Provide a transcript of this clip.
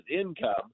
income